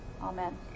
Amen